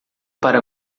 para